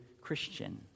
Christian